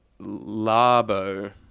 Labo